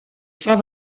saint